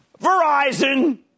Verizon